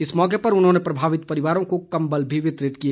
इस मौके पर उन्होंने प्रभावित परिवारों को कम्बल भी वितरित किए